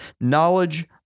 Knowledge